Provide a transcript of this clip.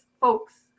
folks